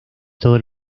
todos